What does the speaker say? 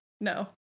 No